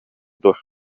дуо